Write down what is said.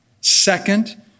Second